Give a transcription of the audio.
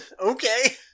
Okay